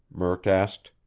murk asked.